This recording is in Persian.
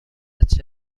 است